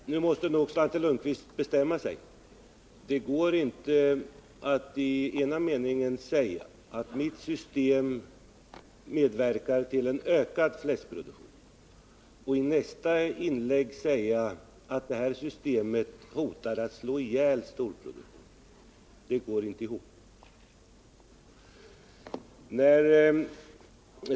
Herr talman! Nu måste nog Svante Lundkvist bestämma sig. Det går inte att den ena gången säga att mitt system medverkar till en ökad fläskproduktion och i nästa inlägg säga att systemet hotar att slå ihjäl storproduktionen. Det går inte ihop.